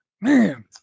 Man